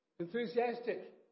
Enthusiastic